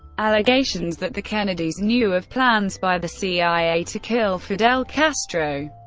allegations that the kennedys knew of plans by the cia to kill fidel castro,